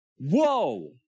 whoa